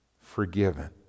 forgiven